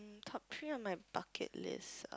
top three on my bucket list